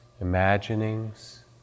imaginings